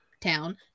town